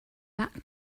back